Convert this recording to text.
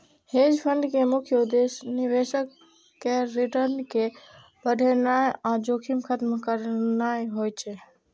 hedge fund के मुख्य उद्देश्य निवेशक केर रिटर्न कें बढ़ेनाइ आ जोखिम खत्म करनाइ होइ छै